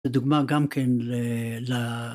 ‫זו דוגמה גם כן ל...